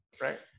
Right